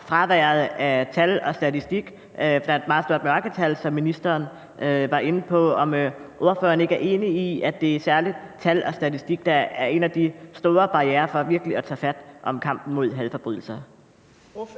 fraværet af tal og statistik. Der er et meget stort mørketal, som ministeren var inde på. Er ordføreren ikke enig i, at det særlig er tal og statistik, der er en af de store barrierer for virkelig at tage fat på kampen mod hadforbrydelser?